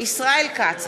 ישראל כץ,